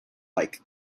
like